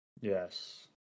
Yes